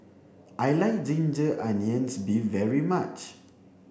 I like ginger onions beef very much